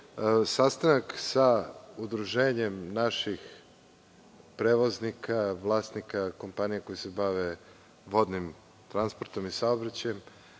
sastanak sa udruženjem naših prevoznika, vlasnika kompanije koji se bave vodnim transportom i saobraćajem,